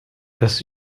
das